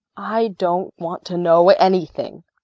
i don't want to know anything